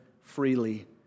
freely